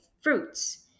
fruits